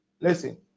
listen